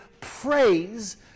praise